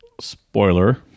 Spoiler